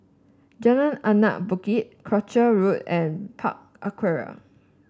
Jalan Anak Bukit Croucher Road and Park Aquaria